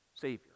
Savior